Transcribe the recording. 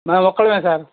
ఒక్కళ్ళమే sir